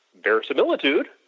verisimilitude